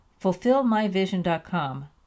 Fulfillmyvision.com